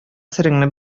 сереңне